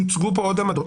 יוצגו פה עוד עמדות.